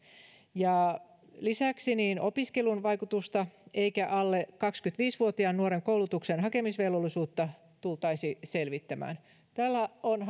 lisäksi opiskelun vaikutusta eikä alle kaksikymmentäviisi vuotiaan nuoren koulutukseen hakemisvelvollisuutta tultaisi selvittämään tällä on